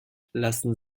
lassen